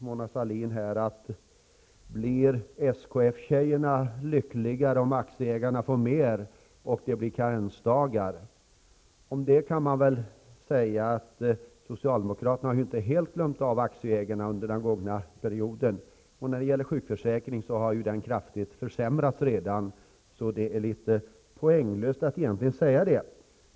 Mona Sahlin frågade: Blir SKF-tjejerna lyckligare om aktieägarna får mer och det blir karensdagar? På det kan jag svara att socialdemokraterna inte helt har glömt av aktieägarna under den gångna mandatperioden. Sjukförsäkringen har redan kraftigt försämrats, varför det är litet poänglöst att tala om den saken.